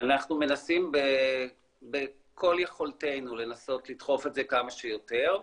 אנחנו מנסים ככל יכולתנו לנסות לדחוף את זה כמה שיותר.